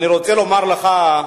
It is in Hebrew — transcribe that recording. אני רוצה לומר לך,